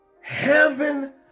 heaven